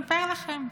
אספר לכם.